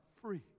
free